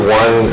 one